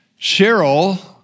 Cheryl